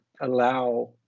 allow